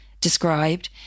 described